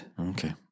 Okay